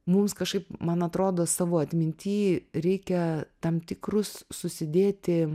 mums kažkaip man atrodo savo atminty reikia tam tikrus susidėti